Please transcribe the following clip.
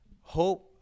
hope